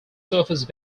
surface